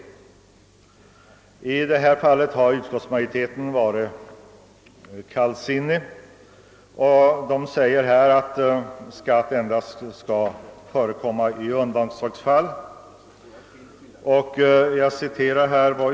Till detta förslag har utskottet ställt sig kallsinnigt.